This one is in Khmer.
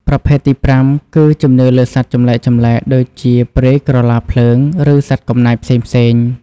ប្រភេទទីប្រាំគឺជំនឿលើសត្វចម្លែកៗដូចជាព្រាយក្រឡាភ្លើង ឬសត្វកំណាចផ្សេងៗ។